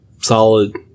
solid